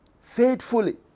faithfully